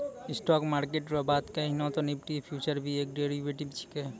stock market रो बात कहियो ते निफ्टी फ्यूचर भी एक डेरीवेटिव छिकै